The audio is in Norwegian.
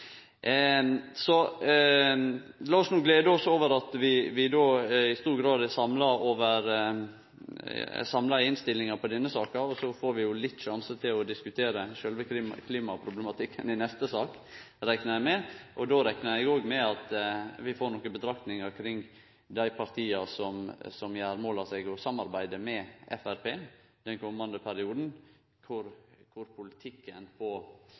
så får vi sjansen til å diskutere sjølve klimaproblematikken i neste sak, reknar eg med, og då reknar eg òg med at vi får nokre betraktningar frå dei partia som tek mål av seg til å samarbeide med Framstegspartiet den komande perioden, om kvar politikken